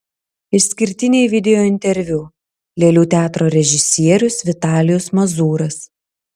išskirtiniai videointerviu lėlių teatro režisierius vitalijus mazūras